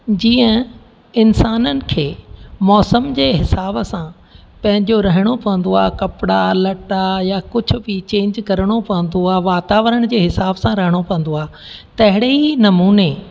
जीअं इंसाननि खे मौसम जे हिसाब सां पंहिंजो रहिणो पवंदो आहे कपिड़ा लटो या कुझु बि चेंज करिणो पवंदो आहे वातावरण जे हिसाब सां रहिणो पवंदो आहे तहिड़े ई नमूने